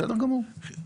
בסדר גמור.